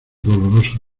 doloroso